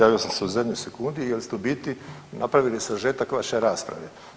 Javio sam se u zadnjoj sekundi jer ste u biti napravili sažetak vaše rasprave.